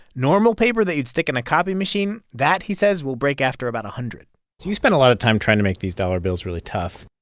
normal paper that you'd stick in a copy machine that, he says, will break after about a hundred so you spend a lot of time trying to make these dollar bills really tough.